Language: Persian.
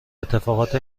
اتفاقات